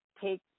take